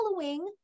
following